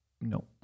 No